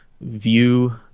view